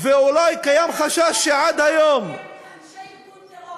ואולי קיים חשש, כי הם אנשי ארגון טרור.